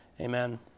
amen